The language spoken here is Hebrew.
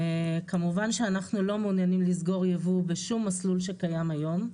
כמובן שאנחנו לא מעוניינים לסגור יבוא בשום מסלול שקיים היום,